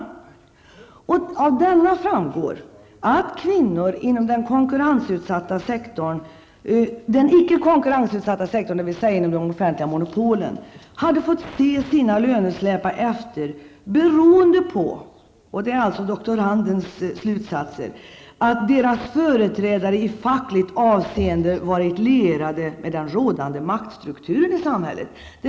Av denna avhandling framgår att kvinnor inom den icke konkurrensutsatta sektorn, dvs. inom de offentliga monopolen, hade fått se sina löner släpa efter beroende på att deras företrädare i fackligt avseende varit lierade med en rådande maktstrukturen i samhället.